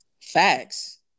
Facts